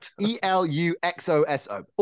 E-L-U-X-O-S-O